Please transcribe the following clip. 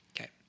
Okay